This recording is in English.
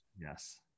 Yes